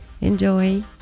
Enjoy